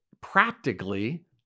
practically